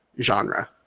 genre